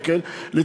מיליון.